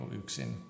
yksin